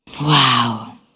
Wow